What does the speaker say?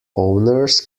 owners